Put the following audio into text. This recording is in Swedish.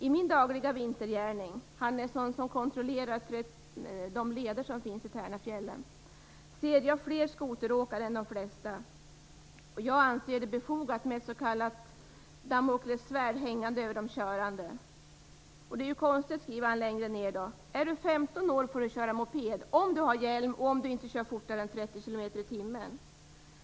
I min dagliga vintergärning" - han är en sådan som kontrollerar de leder som finns i Tärnafjällen - "ser jag fler skoteråkare än de flesta och jag anser det befogat med ett s.k. Damokles svärd hängande över de körande." Längre ned skriver han att det är konstigt: "- är du 15 år får du köra moped, OM du har hjälm och inte kör fortare än 30 km/tim.